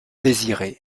désirer